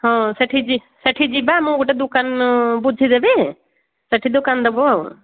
ହଁ ସେଠି ଯ ସେଠି ଯିବା ମୁଁ ଗୋଟେ ଦୋକାନ ବୁଝିଦେବେ ସେଠି ଦୋକାନ ଦେବ ଆଉ